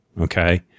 Okay